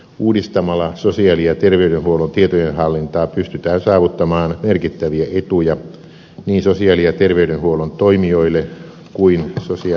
uudistamalla sosiaali ja ter veydenhuollon tietojenhallintaa pystytään saavuttamaan merkittäviä etuja niin sosiaali ja terveydenhuollon toimijoille kuin sosiaali ja terveyspalveluja käyttäville kansalaisille